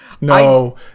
No